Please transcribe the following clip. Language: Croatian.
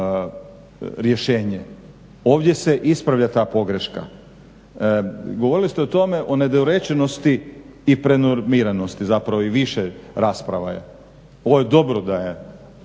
rješenje. Ovdje se ispravlja ta pogreška. Govorili ste o tome, o nedorečenosti i prenormiranosti zapravo i više rasprava je. Ovo je dobro da je